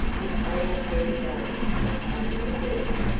if on that very day, october the first,